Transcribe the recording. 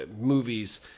movies